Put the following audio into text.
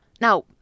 Now